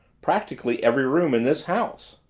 practically every room in this house!